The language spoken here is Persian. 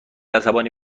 عصبانی